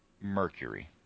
Mercury